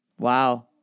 Wow